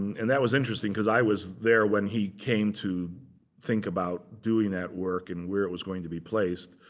and that was interesting, because i was there when he came to think about doing that work and where it was going to be placed.